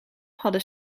hadden